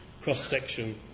cross-section